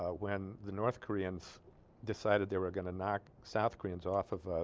ah when the north koreans decided they were gonna knock south koreans off of